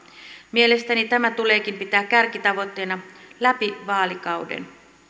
mielestäni tämä tuleekin pitää kärkitavoitteena läpi vaalikauden